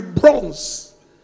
bronze